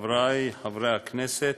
חברי חברי הכנסת,